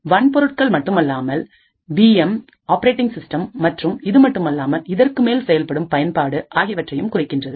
வன்பொருட்கள் மட்டுமல்லாமல் VM operating system மற்றும் இதுமட்டுமல்லாமல் இதற்குமேல்செயல்படும் பயன்பாடுஆகியவற்றைக் குறிக்கின்றன